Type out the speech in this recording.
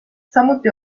samuti